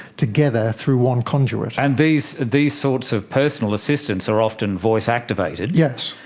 together through one conduit. and these these sorts of personal assistants are often voice activated. yes.